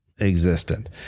existent